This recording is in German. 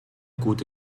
gute